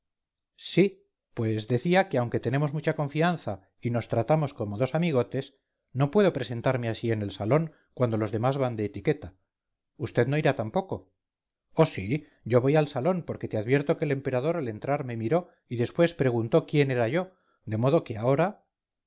sí pues decía que aunque tenemos mucha confianza y nos tratamos como dos amigotes no puedo presentarme así en el salón cuando los demás van de etiqueta vd no irá tampoco oh sí yo voy al salón porque te advierto que el emperador al entrar me miró y después preguntó quién era yo de modo que ahora